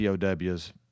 POWs